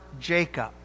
Jacob